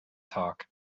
talk